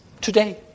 Today